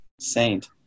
saint